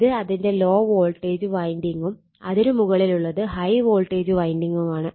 ഇത് അതിന്റെ low voltage വൈൻഡിങ്ങും അതിനു മുകളിലുള്ളത് ഹൈ വോൾട്ടേജ് വൈൻഡിങ്ങുമാണ്